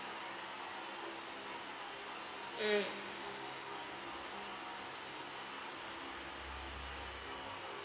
mm